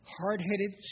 hard-headed